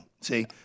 See